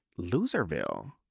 Loserville